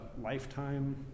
lifetime